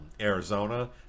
Arizona